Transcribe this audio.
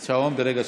כבוד שר המשפטים אבי,